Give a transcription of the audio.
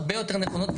הרבה יותר נכונות.